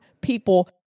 people